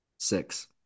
Six